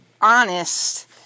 honest